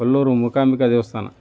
ಕೊಲ್ಲೂರು ಮೂಕಾಂಬಿಕಾ ದೇವಸ್ಥಾನ